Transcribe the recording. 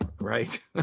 Right